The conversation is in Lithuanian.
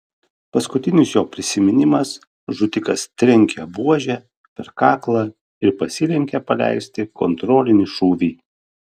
paskutinis jo prisiminimas žudikas trenkia buože per kaklą ir pasilenkia paleisti kontrolinį šūvį